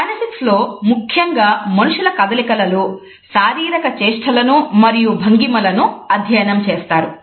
kinesics లో ముఖ్యంగా మనుషుల కదలికలలో శారీరక చేష్టలను మరియు భంగిమలను అధ్యయనం చేస్తారు